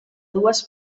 dues